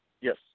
Yes